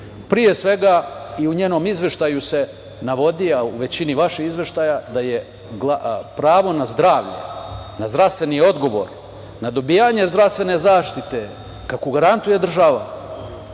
mnogo govori. U njenom izveštaju se navodi, a u većini vaših izveštaja, da je pravo na zdravlje, na zdravstveni odgovor, na dobijanje zdravstvene zaštite, kako garantuje država,